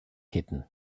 hidden